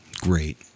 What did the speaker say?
Great